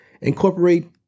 incorporate